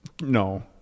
No